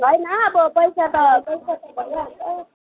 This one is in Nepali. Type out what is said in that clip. होइन अब पैसा त पैसा त भइहाल्छ